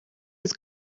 his